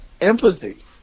empathy